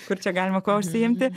kur čia galima kuo užsiimti